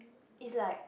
is like